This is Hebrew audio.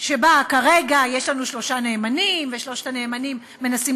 שבה כרגע יש לנו שלושה נאמנים ושלושת הנאמנים מנסים